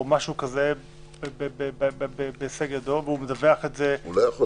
משהו כזה בהישג ידו והוא מדווח את זה למעלה?